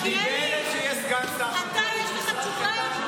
אני בהלם שיש סגן שר, אתה, יש לך תשובה?